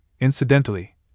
incidentally